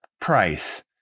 price